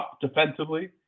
defensively